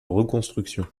reconstruction